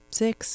six